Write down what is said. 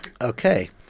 Okay